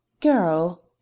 Girl